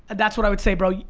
that's what i would say bro. yeah